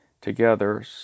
Together